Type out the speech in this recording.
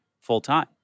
full-time